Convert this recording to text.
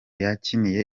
yakiniye